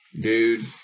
Dude